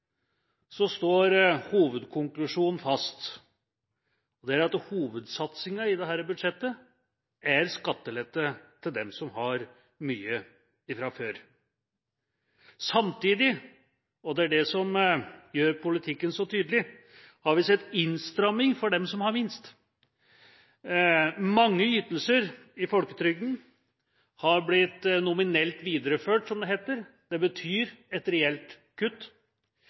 så tydelig, har vi sett innstramming for dem som har minst. Mange ytelser i folketrygden har blitt nominelt videreført, som det heter. Det betyr et reelt kutt.